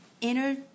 inner